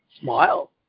Smile